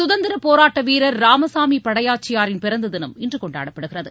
சுதந்திர போராட்ட வீரர் ராமசாமி படையாச்சியாரின் பிறந்த தினம் இன்று கொண்டாடப்படுகிறது